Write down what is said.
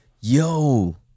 Yo